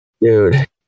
dude